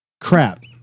crap